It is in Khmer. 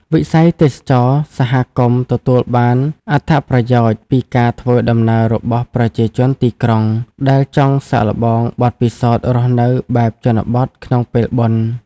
វិស័យទេសចរណ៍សហគមន៍ទទួលបានអត្ថប្រយោជន៍ពីការធ្វើដំណើររបស់ប្រជាជនទីក្រុង ដែលចង់សាកល្បងបទពិសោធន៍រស់នៅបែបជនបទក្នុងពេលបុណ្យ។